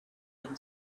him